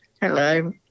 hello